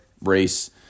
race